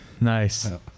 Nice